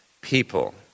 people